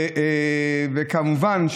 וכמובן,